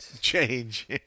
change